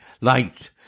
light